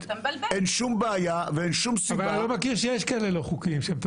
אין שום בעיה ואין שום סיבה --- אני לא מכיר שיש כאלה לא חוקיים,